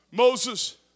Moses